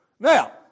Now